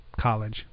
College